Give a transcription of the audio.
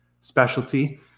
specialty